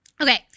Okay